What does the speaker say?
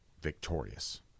victorious